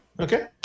Okay